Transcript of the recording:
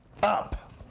Up